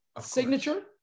signature